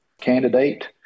candidate